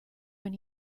when